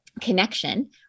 connection